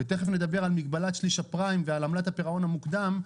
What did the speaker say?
ותכף נדבר על מגבלת שליש הפריים ועמלת הפירעון המוקדם,